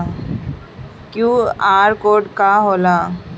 QR code का होला?